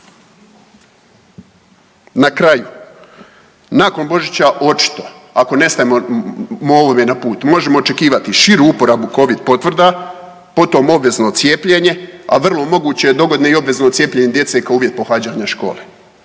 Na kraju, nakon Božića očito ako ne stavimo molove na put možemo očekivati širu uporabu covid potvrda, potom obvezno cijepljenje, a vrlo moguće dogodine i obvezno cijepljenje djece kao uvjet pohađanja škole.